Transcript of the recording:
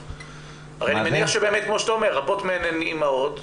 הרי אני מניח שבאמת רבות מהן אימהות,